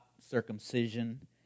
circumcision